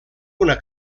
una